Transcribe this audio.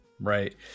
Right